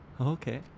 Okay